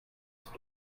ist